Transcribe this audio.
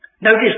Notice